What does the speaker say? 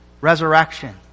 resurrection